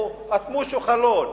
או אטמו איזה חלון.